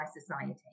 society